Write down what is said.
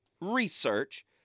research